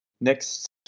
Next